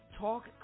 Talk